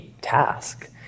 task